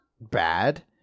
bad